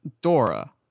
Dora